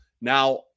Now